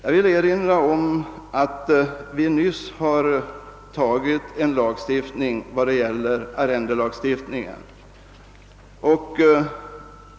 Jag vill då erinra om att vi nyligen har antagit en lagändring i arrendelagstiftningen.